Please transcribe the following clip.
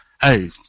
hey